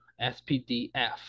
SPDF